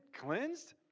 cleansed